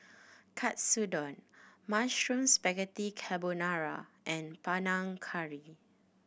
Katsudon Mushroom Spaghetti Carbonara and Panang Curry